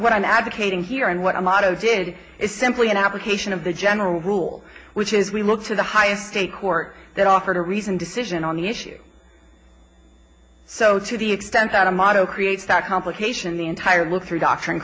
what i'm advocating here and what a lot of good is simply an application of the general rule which is we look to the highest state court that offered a reasoned decision on the issue so to the extent that a model creates that complication the entire look through doctrine